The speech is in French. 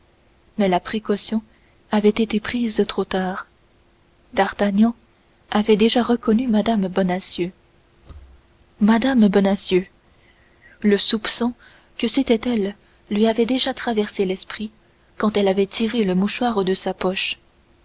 mais la précaution avait été prise trop tard d'artagnan avait déjà reconnu mme bonacieux mme bonacieux le soupçon que c'était elle lui avait déjà traversé l'esprit quand elle avait tiré le mouchoir de sa poche